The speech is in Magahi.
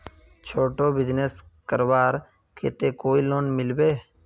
छोटो बिजनेस करवार केते कोई लोन मिलबे?